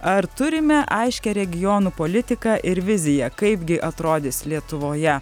ar turime aiškią regionų politiką ir viziją kaip gi atrodys lietuvoje